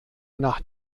nach